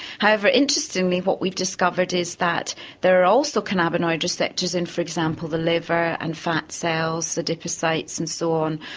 however, interestingly, what we've discovered is that there were also cannabinoid receptors in, for example, the liver and fat cells, adipocytes and so on,